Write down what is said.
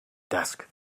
desk